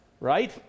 right